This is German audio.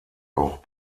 auch